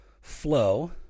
flow